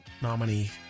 nominee